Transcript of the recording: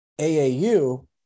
AAU